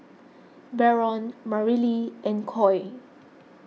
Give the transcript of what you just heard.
Barron Marilee and Coy